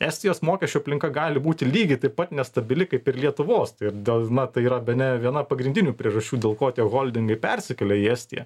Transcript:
estijos mokesčių aplinka gali būti lygiai taip pat nestabili kaip ir lietuvos tai ir dėl na tai yra bene viena pagrindinių priežasčių dėl ko tie holdingai persikėlė į estiją